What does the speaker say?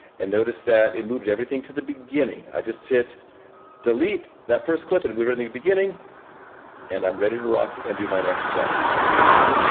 and notice that it moved everything to the beginning. i just hit delete that first clip and we're in the beginning and i'm ready to rock and do my next cut. there's the beginning.